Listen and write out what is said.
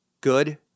Good